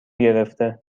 گرفته